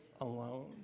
alone